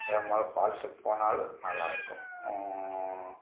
அது மாதிரி ஃபால்ஸ்சுக்கு போனாலும் நல்லாயிருக்கும்